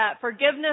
forgiveness